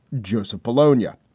joseph polonia,